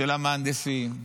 של המהנדסים,